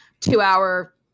two-hour